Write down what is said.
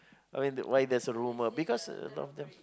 I mean why there is a rumour because of the